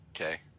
Okay